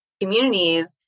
communities